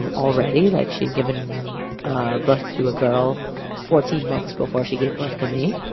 and already. like she'd given ah birth to a girl fourteen months before she gave birth to me,